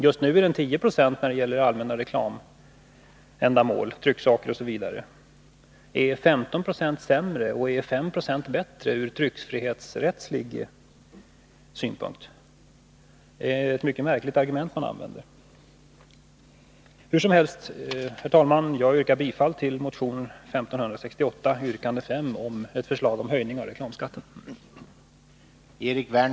Just nu är skatten 10 96 när det gäller allmänna reklamändamål— trycksaker osv. Är 15 96 sämre och är 5 96 bättre ur tryckfrihetsrättslig synpunkt? Det är ett mycket märkligt argument man använder. Hur som helst, herr talman, yrkar jag bifall till motion 1568, yrkande 5, med förslag om höjning av reklamskatten.